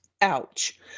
Ouch